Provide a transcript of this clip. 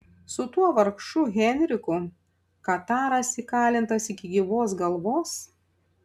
su tuo vargšu henriku kataras įkalintas iki gyvos galvos